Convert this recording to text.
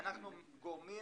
אנחנו גורמים